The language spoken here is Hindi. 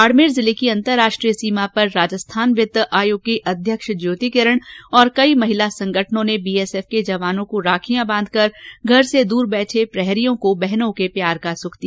बाड़मेर जिले की अंतर्राष्ट्रीय सीमा पर राजस्थान वित्त आयोग की अध्यक्ष ज्योति किरण तथा कई महिला संगठनों ने बीएसएफ के जवानों को राखियाँ बांधकर घर से दूर बैठे प्रहरियों को बहनों के प्यार का सुख दिया